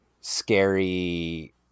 scary